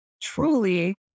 truly